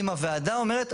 אם הוועדה אומרת,